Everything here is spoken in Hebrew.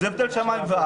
זה הבדל של שמים וארץ.